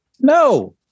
No